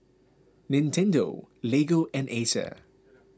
Nintendo Lego and Acer